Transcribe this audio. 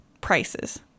prices